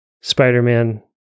spider-man